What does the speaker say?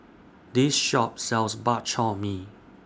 This Shop sells Bak Chor Mee